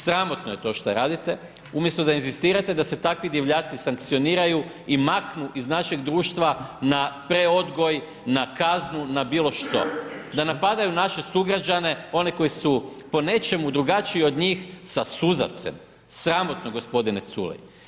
Sramotno je to šta radite, umjesto da inzistirate da se takvi divljaci sankcioniraju i maknu iz našeg društva na preodgoj, na kaznu, na bilo što, da napadaju naše sugrađane one koji su po nečemu drugačiji od njih sa suzavcem, sramotno gospodine Culej.